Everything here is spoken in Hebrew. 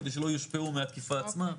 כדי שלא יושפעו מהתקיפה עצמה.